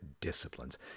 disciplines